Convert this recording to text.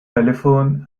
telephone